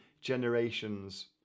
generations